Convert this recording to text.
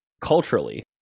culturally